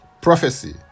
prophecy